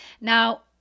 now